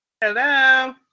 Hello